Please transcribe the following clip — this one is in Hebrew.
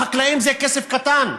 החקלאים זה כסף קטן.